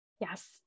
Yes